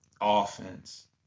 offense